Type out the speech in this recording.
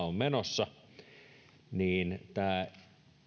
on menossa joten tämä